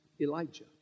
Elijah